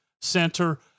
Center